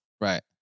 Right